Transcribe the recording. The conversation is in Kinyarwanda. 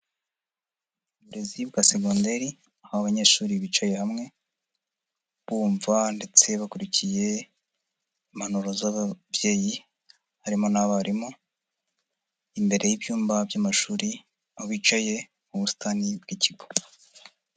Uburezi bwa segonderi aho banyeshuri bicaye hamwe bumva ndetse bakurikiye impanuro z'ababyeyi harimo n'abarimu, imbere y'ibyumba by'amashuri aho bicaye mu busitani bw'ikigo.